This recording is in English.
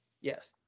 Yes